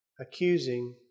accusing